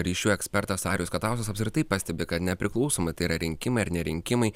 ryšių ekspertas arijus katauskas apskritai pastebi kad nepriklausomi tai yra rinkimai ar ne rinkimai